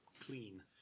clean